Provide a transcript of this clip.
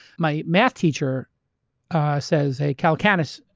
my math teacher says, hey, calacanis,